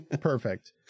perfect